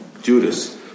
Judas